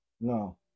No